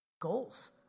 goals